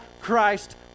Christ